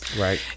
Right